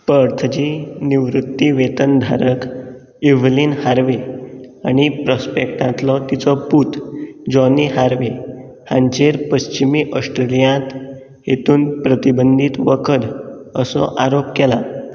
पर्थची निवृत्ती वेतन धारक इव्हलीन हार्वे आनी प्रॉस्पेक्टांतलो तिचो पूत जॉनी हार्वे हांचेर पश्चिमी ऑस्ट्रेलियांत हेतून प्रतिबंधीत वखद असो आरोप केला